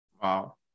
Wow